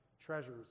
treasures